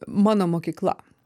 mano mokykla